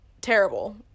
terrible